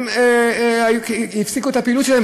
הם הפסיקו את הפעילות שלהם,